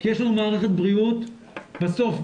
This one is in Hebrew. כי יש לנו מערכת בריאות בסוף,